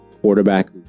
quarterback